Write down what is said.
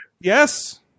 Yes